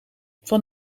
van